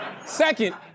Second